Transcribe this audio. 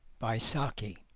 by saki